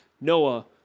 Noah